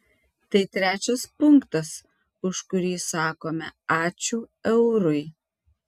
tai trečias punktas už kurį sakome ačiū eurui